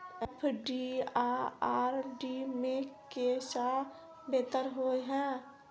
FD आ RD मे केँ सा बेहतर होइ है?